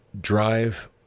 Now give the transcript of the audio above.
drive